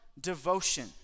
devotion